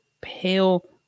pale